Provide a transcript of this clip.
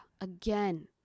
again